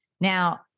Now